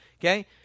Okay